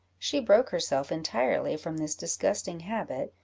she broke herself entirely from this disgusting habit,